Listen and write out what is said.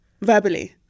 Verbally